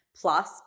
plus